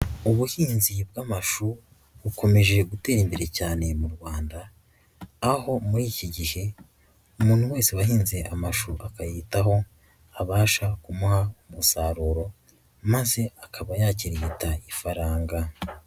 Ubuhinzi bw'amashu bukomeje gutera imbere cyane mu Rwanda, aho muri iki gihe umuntu wese wahinze amashu akayitaho, abasha kumuha umusaruro maze akaba yakirigita ifaranga.